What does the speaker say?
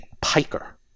piker